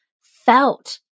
felt